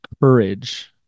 courage